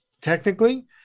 technically